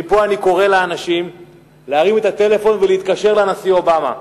ומפה אני קורא לאנשים להרים את הטלפון ולהתקשר לנשיא אובמה,